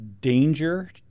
danger